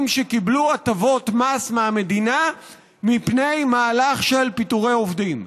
שקיבלו הטבות מס מהמדינה מפני מהלך של פיטורי עובדים,